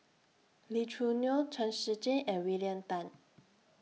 Lee Choo Neo Chen Shiji and William Tan